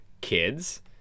kids